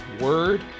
word